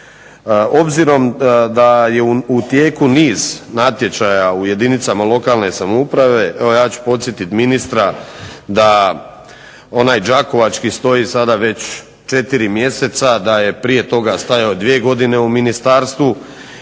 Obzirom da je u tijeku niz natječaja u jedinicama lokalne samouprave evo ja ću podsjetiti ministra da onaj đakovački stoji sada već 4 mjeseca, da je prije toga stajao 2 godine u ministarstvu